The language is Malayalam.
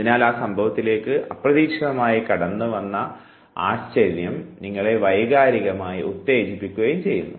അതിനാൽ ആ സംഭവത്തിലേക്ക് അപ്രതീക്ഷിതമായി കടന്നുവന്ന ആശ്ചര്യം നിങ്ങളെ വൈകാരികമായി ഉത്തേജിപ്പിക്കുകയും ചെയ്യുന്നു